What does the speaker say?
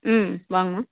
ம் வாம்மா